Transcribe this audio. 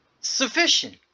sufficient